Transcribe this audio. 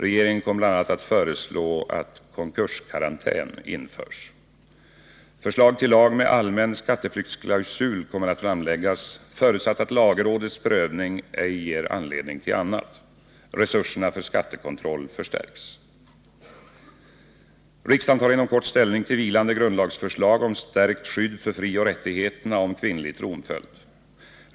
Regeringen kommer bl.a. att föreslå att konkurskarantän införs. Förslag till lag med allmän skatteflyktsklausul kommer att framläggas, förutsatt att lagrådets prövning ej ger anledning till annat. Resurserna för skattekontroll förstärks. Riksdagen tar inom kort ställning till vilande grundlagsförslag om stärkt skydd för frioch rättigheterna och om kvinnlig tronföljd.